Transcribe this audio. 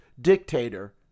dictator